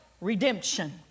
redemption